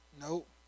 Nope